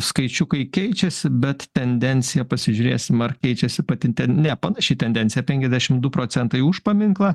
skaičiukai keičiasi bet tendencija pasižiūrėsim ar keičiasi pati ne panaši tendencija penkiasdešimt du procentai už paminklą